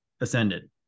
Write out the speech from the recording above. ascended